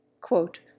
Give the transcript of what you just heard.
Quote